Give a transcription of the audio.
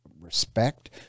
respect